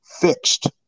fixed